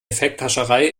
effekthascherei